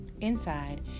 Inside